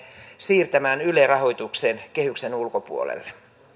siirtämään yle rahoituksen kehyksen ulkopuolelle